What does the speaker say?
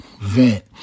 vent